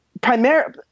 primarily –